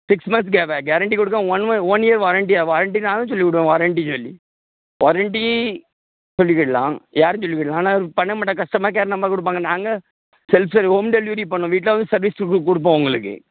six months கே வ guarantee கொடுக்கோம் one month one year warranty warranty தான் சொல்லி கொடுப்போம் வாரண்டி சொல்லி வாரண்டி சொல்லிக்கிடலாம் யாரும் சொல்லிக்கிடலாம் ஆனால் பண்ண மாட்டாங்க கஸ்டமர் கேர் நம்பர் கொடுப்பாங்க நாங்கள் செல்ஃப் சார் ஹோம் டெலிவரி பண்ணுவோம் வீட்டில் வந்து சர்விஸ்க்கு கொடுப்போம் உங்களுக்கு